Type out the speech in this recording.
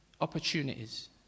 opportunities